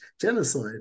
genocide